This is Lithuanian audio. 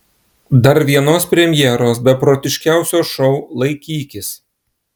dar vienos premjeros beprotiškiausio šou laikykis